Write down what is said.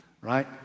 right